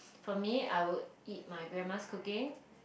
for me I would eat my grandma's cooking